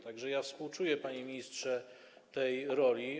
Tak że ja współczuję, panie ministrze, tej roli.